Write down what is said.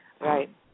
right